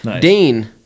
Dane